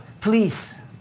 please